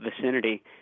vicinity